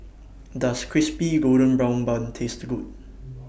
Does Crispy Golden Brown Bun Taste Good